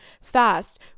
fast